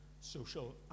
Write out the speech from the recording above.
social